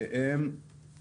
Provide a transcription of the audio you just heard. נקודה נוספת,